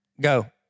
Go